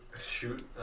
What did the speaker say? Shoot